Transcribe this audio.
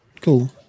Cool